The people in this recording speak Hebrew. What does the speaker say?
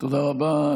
תודה רבה.